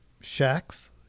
shacks